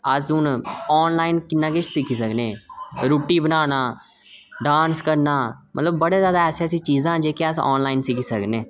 अस हून आनलाइन किन्ना किश सिक्खी सकने रुट्टी बनाना डांस करना मतलब बड़ी जैदा ऐसी ऐसियां चीजां न जेह्ड़ियां अस आनलाइन सिक्खी सकने आं